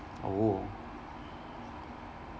oh